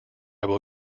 will